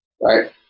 Right